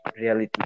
reality